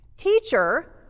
Teacher